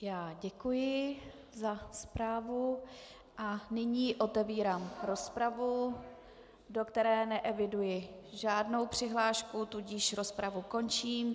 Já děkuji za zprávu a nyní otevírám rozpravu, do které neeviduji žádnou přihlášku, tudíž rozpravu končím.